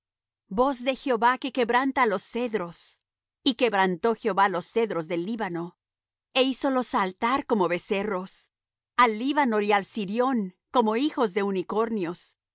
voz de jehová que quebranta los cedros y quebrantó jehová los cedros del líbano e hízolos saltar como becerros al líbano y al sirión como hijos de unicornios